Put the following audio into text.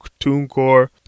TuneCore